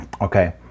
Okay